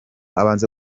abanza